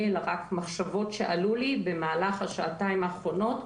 אלא רק מחשבות שעלו לי במהלך השעתיים האחרונות,